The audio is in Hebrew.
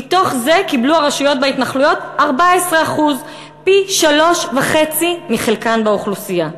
ומתוך זה קיבלו הרשויות בהתנחלויות 14% פ-3.5 מחלקן באוכלוסייה.